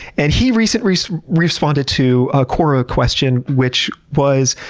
and he recently so responded to a quora question which was,